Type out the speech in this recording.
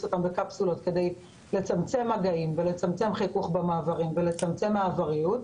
אותם בקפסולות כדי לצמצם מגעים ולצמצם חיכוך במעברים ולצמצם מעבריות,